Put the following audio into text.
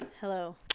hello